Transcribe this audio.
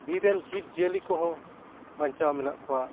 ᱵᱤᱨ ᱨᱮᱱ ᱡᱤᱵᱽ ᱡᱤᱭᱟᱹᱞᱤᱠᱚ ᱦᱚᱸ ᱵᱟᱧᱪᱟᱣ ᱢᱮᱱᱟᱜ ᱠᱚᱣᱟ